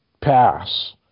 pass